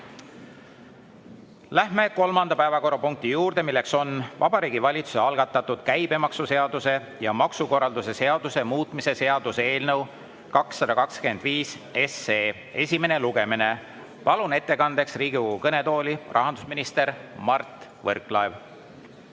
Läheme kolmanda päevakorrapunkti juurde, milleks on Vabariigi Valitsuse algatatud käibemaksuseaduse ja maksukorralduse seaduse muutmise seaduse eelnõu 225 esimene lugemine. Palun ettekandjaks Riigikogu kõnetooli rahandusminister Mart Võrklaeva.